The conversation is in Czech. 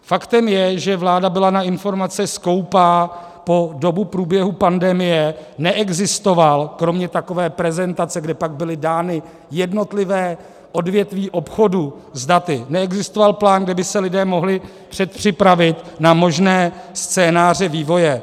Faktem je, že vláda byla na informace skoupá, po dobu průběhu pandemie neexistoval kromě takové prezentace, kde pak byla dána jednotlivá odvětví obchodu s daty, neexistoval plán, kde by se lidé mohli předpřipravit na možné scénáře vývoje.